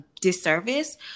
disservice